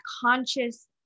conscious